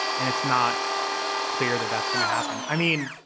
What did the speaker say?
and it's not clear that that's going to happen. i mean,